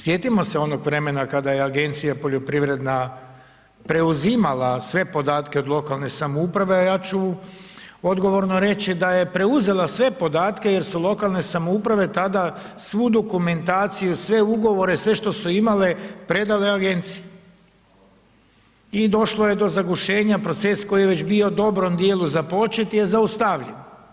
Sjetimo se onog vremena kada je Poljoprivredna agencija preuzimala sve podatke od lokalne samouprave, a ja ću odgovorno reći da je preuzela sve podatke jer su lokalne samouprave tada svu dokumentaciju, sve ugovore, sve što su imale predale agenciji i došlo je do zagušenja, proces koji je već bio u dobrom dijelu započet je zaustavljen.